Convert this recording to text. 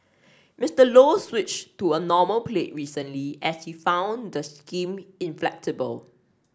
Mister Low switched to a normal plate recently as he found the scheme inflexible